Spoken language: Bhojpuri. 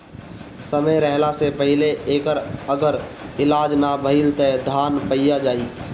समय रहला से पहिले एकर अगर इलाज ना भईल त धान पइया जाई